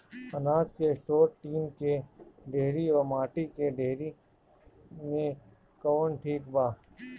अनाज के store tin के डेहरी व माटी के डेहरी मे कवन ठीक बा?